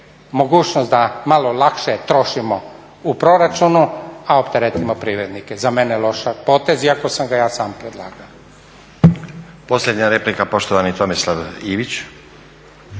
mogućnost da malo lakše trošimo u proračunu, a opteretimo privrednike. Za mene loš potez, iako sam ga ja sam predlagao.